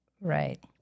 right